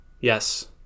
yes